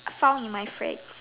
found in my friend